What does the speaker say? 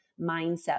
mindset